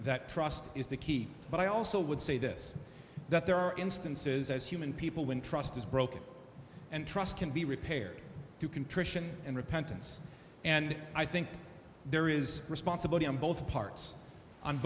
that trust is the key but i also would say this that there are instances as human people when trust is broken and trust can be repaired to contrition and repentance and i think there is responsibility on both parts on